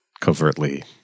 covertly